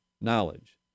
knowledge